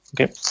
okay